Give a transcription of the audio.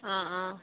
অঁ অঁ